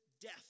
death